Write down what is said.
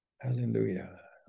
Hallelujah